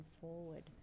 forward